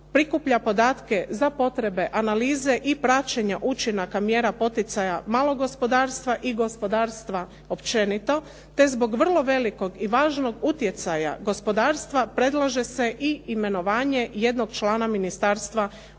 prikuplja podatke za potrebe analize i praćenja učinaka mjera poticaja malog gospodarstva i gospodarstva općenito te zbog vrlo velikog i važnog utjecaja gospodarstva predlaže se i imenovanje jednog člana ministarstva u